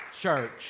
church